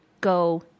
go